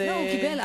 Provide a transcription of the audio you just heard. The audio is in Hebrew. לא, הוא קיבל.